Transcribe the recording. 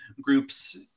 groups